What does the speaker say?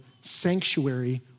sanctuary